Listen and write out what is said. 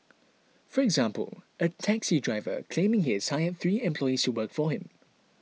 for example a taxi driver claiming he has hired three employees to work for him